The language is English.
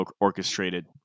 orchestrated